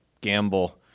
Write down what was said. gamble